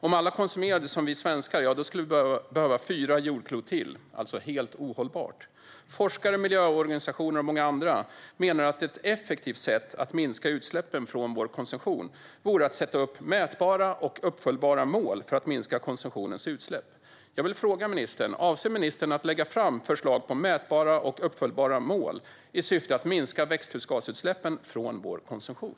Om alla konsumerade som vi svenskar skulle vi behöva fyra jordklot till. Det är helt ohållbart. Forskare, miljöorganisationer och många andra menar att ett effektivt sätt att minska utsläppen från vår konsumtion vore att sätta upp mätbara och uppföljbara mål för att minska konsumtionens utsläpp. Jag vill fråga ministern: Avser ministern att lägga fram förslag på mätbara och uppföljbara mål i syfte att minska växthusgasutsläppen från vår konsumtion?